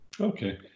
Okay